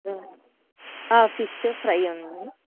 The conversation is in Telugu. ఫిష్ ఫ్రై ఉంది